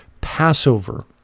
Passover